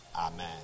Amen